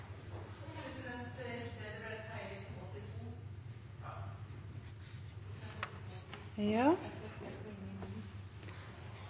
President! Jeg tror det er